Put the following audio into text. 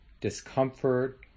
discomfort